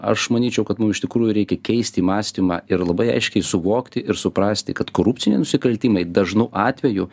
aš manyčiau kad mum iš tikrųjų reikia keisti mąstymą ir labai aiškiai suvokti ir suprasti kad korupciniai nusikaltimai dažnu atveju